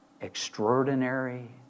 extraordinary